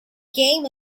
game